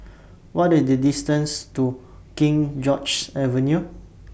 What IS The distance to King George's Avenue